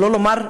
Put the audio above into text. שלא לדבר,